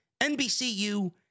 NBCU